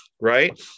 right